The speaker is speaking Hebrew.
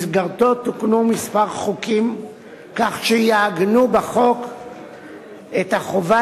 ובמסגרתו תוקנו מספר חוקים כך שיעגנו בחוק את החובה